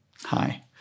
Hi